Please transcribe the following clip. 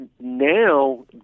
Now